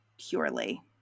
purely